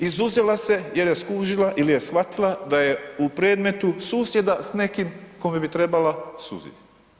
Izuzela se jer je skužila ili je shvatila da je u predmetu susjeda s nekim kome bi trebala suditi.